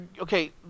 okay